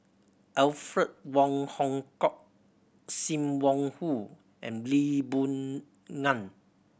Alfred Wong Hong Kwok Sim Wong Hoo and Lee Boon Ngan